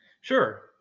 Sure